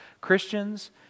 Christians